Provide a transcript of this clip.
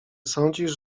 sądzisz